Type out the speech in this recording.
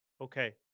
Okay